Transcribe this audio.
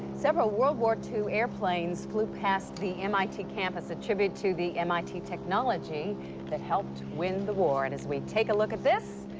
several world war ii airplanes flew past the mit campus, a tribute to the mit technology that helped win the war. and as we take a look at this,